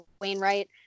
Wainwright